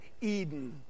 Eden